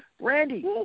Randy